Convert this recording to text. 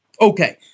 Okay